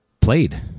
played